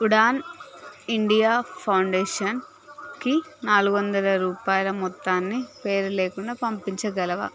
Udaan India ఫౌండేషన్కి నాలుగు వందల రూపాయల మొత్తాన్ని పేరులేకుండా పంపించగలవా